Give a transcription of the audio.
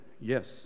yes